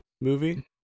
movie